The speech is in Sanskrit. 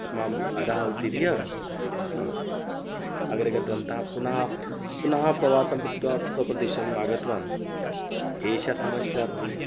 माम् अधः अवतीर्य अग्रे गतवन्तः पुनः पुनः प्रवासं कृत्वा पु स्वप्रदेशम् आगतवान् एषा समस्या तु